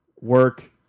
Work